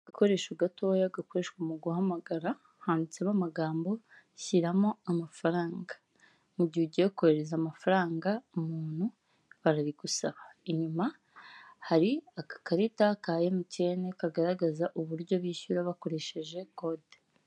Agakoresho gatoya gakoreshwa mu guhamagara handitsemo amagambo shyiramo amafaranga, mu gihe ugiye koherereza amafaranga umuntu barabigusaba inyuma hari agakarita ka emutiyeni kagaragaza uburyo bishyura bakoresheje kode.